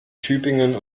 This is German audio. tübingen